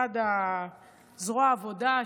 זרוע העבודה,